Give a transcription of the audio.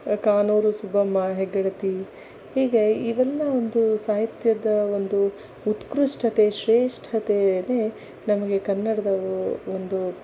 ಕಾನೂರು ಸುಬ್ಬಮ್ಮ ಹೆಗ್ಗಡತಿ ಹೀಗೆ ಇವೆಲ್ಲಾ ಒಂದು ಸಾಹಿತ್ಯದ ಒಂದು ಉತ್ಕ್ರುಷ್ಟತೆ ಶ್ರೇಷ್ಠತೆ ನಮಗೆ ಕನ್ನಡದ ಒಂದು